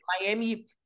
miami